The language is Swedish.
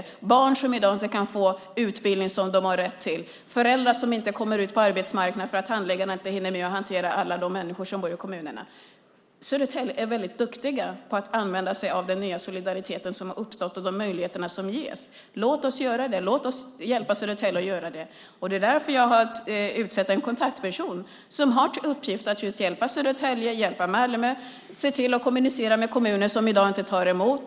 Det är barn som i dag inte kan få utbildning som de har rätt till och föräldrar som inte kommer ut på arbetsmarknaden därför att handläggarna inte hinner med att hantera alla de människor som bor i kommunen. I Södertälje är man duktig på att använda sig av den nya solidaritet som har uppstått och de möjligheter som ges. Låt oss göra det! Låt oss hjälpa Södertälje att göra det! Det är därför jag har utsett en kontaktperson som har till uppgift att just hjälpa Södertälje och Malmö och se till att kommunicera med kommuner som i dag inte tar emot flyktingar.